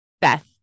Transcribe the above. Beth